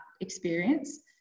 experience